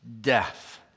death